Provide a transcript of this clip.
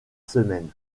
semaine